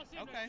Okay